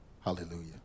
Hallelujah